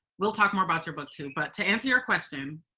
we'll talk more about your book, too. but to answer your question,